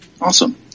Awesome